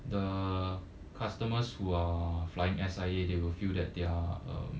the customers who are flying S_I_A they will feel that they are